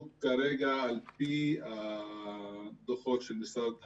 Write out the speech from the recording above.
כרגע, על פי הדוחות של משרד הבריאות,